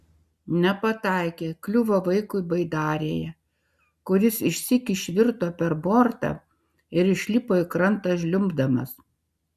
nepataikė kliuvo vaikui baidarėje kuris išsyk išvirto per bortą ir išlipo į krantą žliumbdamas